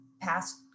past